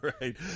right